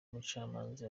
mucamanza